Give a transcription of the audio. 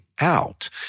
out